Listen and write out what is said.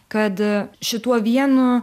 kad šituo vienu